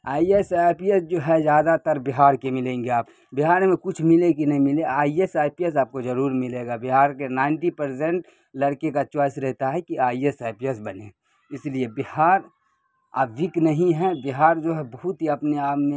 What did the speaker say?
I S I P S جو ہے زیادہ تر بہار کے ملیں گے آپ بہار میں کچھ ملے کہ نہیں ملے I S I P S آپ کو ضرور ملے گا بہار کے نائنٹی پرزینٹ لڑکے کا چوائس رہتا ہے کہ I S I P S بنے اس لیے بہار اب ویک نہیں ہے بہار جو ہے بہت ہی اپنے آپ میں